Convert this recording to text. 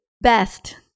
best